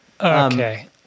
Okay